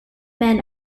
men